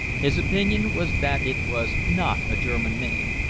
his opinion was that it was not a german name,